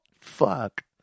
Fuck